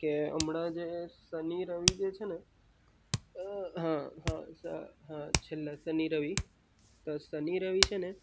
કે હમણાં જે શનિ રવિ જે છે ને હા હા સર હા છેલ્લા શનિ રવિ તો શનિ રવિ છે ને